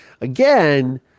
again